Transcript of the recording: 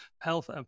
health